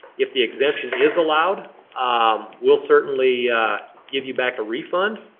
if the exemption is allowed um we'll certainly give you back a refund.